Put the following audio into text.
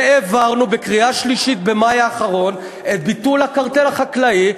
והעברנו בקריאה שלישית במאי האחרון את ביטול הקרטל החקלאי,